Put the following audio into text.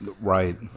Right